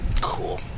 Cool